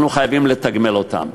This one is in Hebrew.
אנחנו חייבים לתגמל אותם.